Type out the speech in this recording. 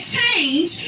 change